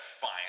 fine